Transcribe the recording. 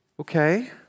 okay